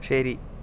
ശരി